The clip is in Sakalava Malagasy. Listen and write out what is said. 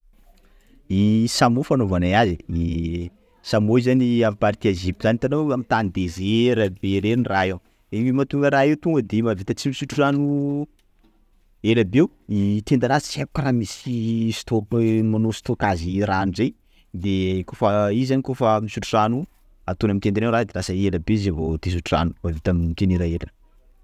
Ei samoa fanaovanay azy, e samoa io zany aminy partie Egypte any, hitanao aminy tany desert be reny raha io, iiii mahatonga raha io tonga de mahavita tsy misotro rano ela be, ii tendanazy tsy haiko karaha misy stock manao stockage rano zay, de koafa io zany koafa misotro rano io ataony aminy tendany ao raha io, de lasa ela be izy zay vao te hisotro rano, mahavita mitenira ela.